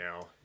now